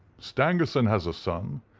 stangerson has a son,